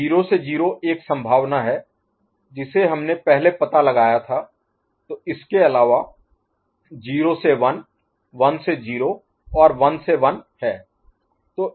तो 0 से 0 एक संभावना है जिसे हमने पहले पता लगाया था तो इसके अलावा 0 से 1 1 से 0 और 1 से 1 है